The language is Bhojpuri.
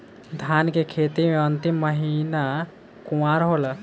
धान के खेती मे अन्तिम महीना कुवार होला?